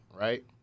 right